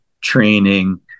training